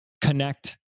connect